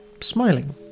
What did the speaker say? smiling